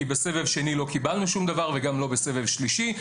כי בסבב שני לא קיבלנו שום דבר וגם לא בסבב שלישי.